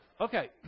Okay